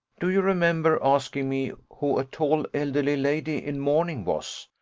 do you remember asking me who a tall elderly lady in mourning was,